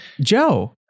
Joe